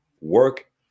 work